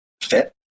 fit